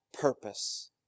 purpose